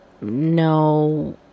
no